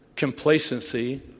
complacency